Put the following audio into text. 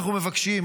אנחנו מבקשים,